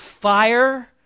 fire